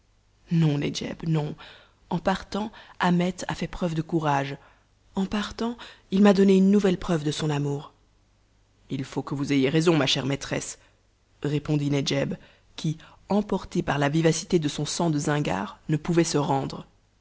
non nedjeb non en partant ahmet a fait preuve de courage en partant il m'a donné une nouvelle preuve de son amour il faut que vous ayez raison ma chère maîtresse répondit nedjeb qui emportée par la vivacité de son sang de zingare ne pouvait se rendre